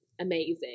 amazing